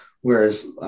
whereas